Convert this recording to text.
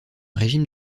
régime